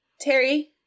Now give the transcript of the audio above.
Terry